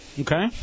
Okay